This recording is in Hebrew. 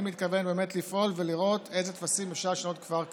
אני מתכוון באמת לפעול ולראות איזה טפסים אפשר לשנות כבר כעת.